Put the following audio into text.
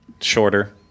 Shorter